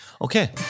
Okay